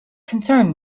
concerned